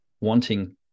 wanting